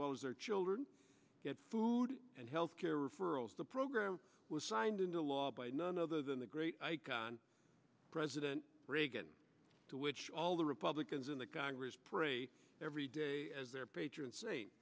well as their children get food and health care referrals the program was signed into law by none other than the great icon president reagan to which all the republicans in the congress pray every day as their patron sain